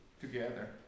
together